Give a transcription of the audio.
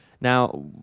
Now